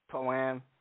Poem